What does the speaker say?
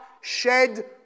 shed